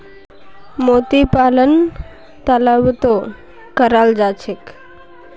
मोती पालन तालाबतो कराल जा छेक